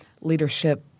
Leadership